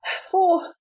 four